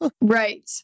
Right